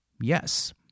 yes